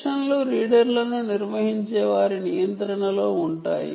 సెషన్లు రీడర్లను నిర్వహించే వారి నియంత్రణలో ఉంటాయి